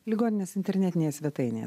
ligoninės internetinėje svetainėje